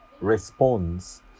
responds